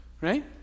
right